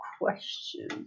question